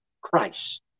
Christ